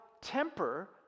temper